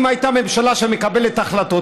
אם הייתה ממשלה שמקבלת החלטות,